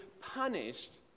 punished